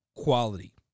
Quality